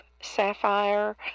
sapphire